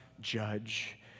judge